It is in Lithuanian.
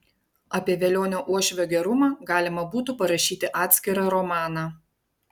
apie velionio uošvio gerumą galima būtų parašyti atskirą romaną